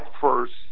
first